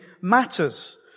matters